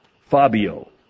Fabio